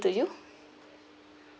to you